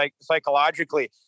psychologically